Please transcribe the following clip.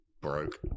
broke